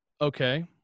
okay